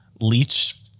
leech